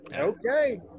Okay